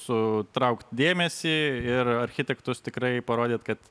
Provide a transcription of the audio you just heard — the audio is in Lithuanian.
sutraukt dėmesį ir architektus tikrai parodyt kad